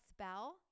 spell